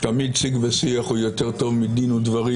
תמיד שיג ושיח יותר טוב מדין ודברים...